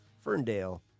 ferndale